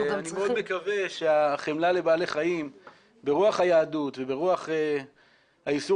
אני מאוד מקווה שהחמלה לבעלי חיים ברוח היהדות וברוח האיסור